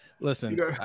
Listen